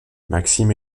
maxime